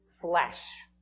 flesh